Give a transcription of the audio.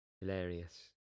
hilarious